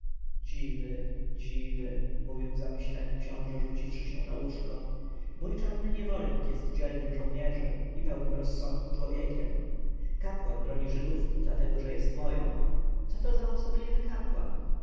dziwy dziwy mówił w zamyśleniu książę rzuciwszy się na łóżko mój czarny niewolnik jest dzielnym żołnierzem i pełnym rozsądku człowiekiem kapłan broni żydówki dlatego że jest moją co to za osobliwy